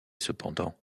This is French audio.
cependant